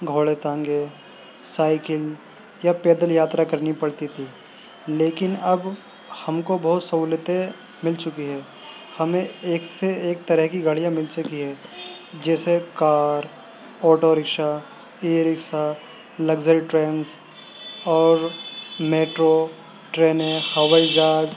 گھوڑے ٹانگے سائیکل یا پیدل یاترا کرنی پڑتی تھی لیکن اب ہم کو بہت سہولتیں مل چکی ہیں ہمیں ایک سے ایک طرح کی گاڑیاں مل چکی ہے جیسے car auto rickshaw e rickshaw luxury trains اور میٹرو ٹرینیں ہوائی جہاز